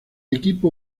equipo